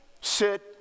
sit